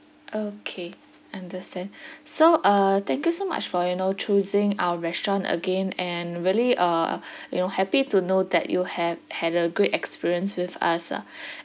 okay understand so uh thank you so much for you know choosing our restaurant again and really uh you know happy to know that you have had a great experience with us ah